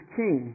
king